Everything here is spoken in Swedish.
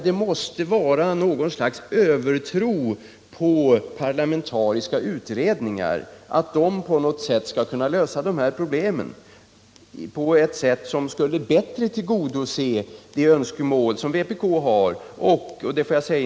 Det måste vara något slags övertro på att parlamentariska utredningar skall kunna lösa sådana här problem som driver vpk att framföra önskemål om dylika utredningar.